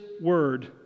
word